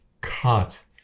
cut